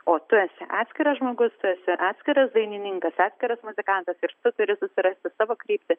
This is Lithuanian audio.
o tu esi atskiras žmogus tu esi atskiras dainininkas atskiras muzikantas ir tu turi susirasti savo kryptį